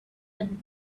and